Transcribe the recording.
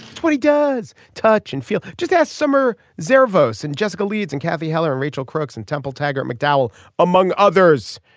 twenty does touch and feel. just last summer zavos and jessica leeds and cathy heller and rachel croaks and temple taggart mcdowell among others.